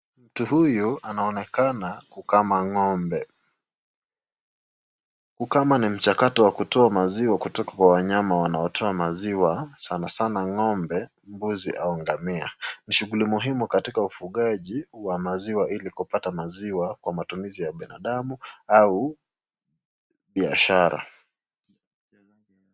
Mtu huyu anaonekana kukama ng'ombe. Kukama ni mchakato wa kutoa maziwa kutoka kwa wnayama wanaotoa maziwa sanasana ng'ombe, mbuzi au ngamia. Ni shughuli muhimu katika ufugaji wa maziwa ili kupata maziwa kwa matumizi ya binadamu au biashara.